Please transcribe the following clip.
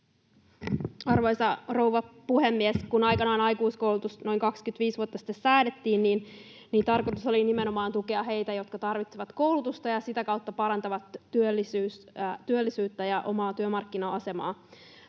Arvoisa rouva puhemies! Kun aikanaan aikuiskoulutus noin 25 vuotta sitten säädettiin, niin tarkoitus oli nimenomaan tukea heitä, jotka tarvitsevat koulutusta ja sitä kautta parantavat työllisyyttään ja omaa työmarkkina-asemaansa.